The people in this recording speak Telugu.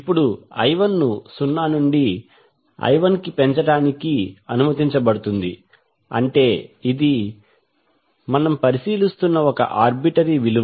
ఇప్పుడు i1 ను 0 నుండి I1 కి పెంచడానికి అనుమతించబడుతుంది అంటే ఇది మనం పరిశీలిస్తున్న ఒక ఆర్బిటరీ విలువ